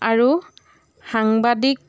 আৰু সাংবাদিক